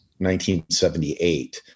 1978